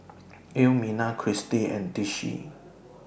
Elmina Christi and Tishie